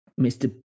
Mr